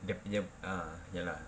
dia punya ah ya lah